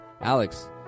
Alex